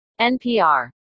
NPR